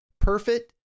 Perfect